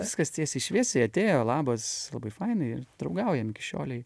viskas tiesiai šviesiai atėjo labas labai fainai draugaujam iki šiolei